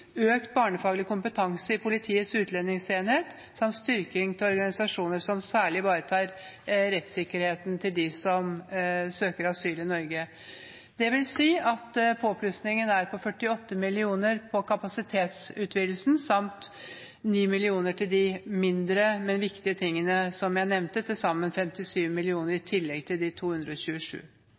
økt barnefaglig kompetanse i Politiets utlendingsenhet samt styrking av organisasjoner som særlig ivaretar rettssikkerheten til dem som søker asyl i Norge. Det vil si at påplussingen er på 48 mill. kr på kapasitetsutvidelsen samt 9 mill. kr til de mindre, men viktige tingene som jeg nevnte – til sammen 57 mill. kr i tillegg til de 227